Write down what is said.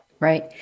Right